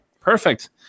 perfect